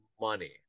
money